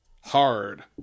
Hard